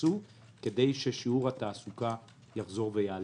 שייכנסו כדי ששיעור התעסוקה יחזור ויעלה.